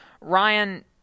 Ryan